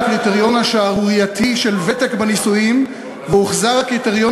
רק שנה ובוטל הקריטריון השערורייתי של ותק בנישואים והוחזר הקריטריון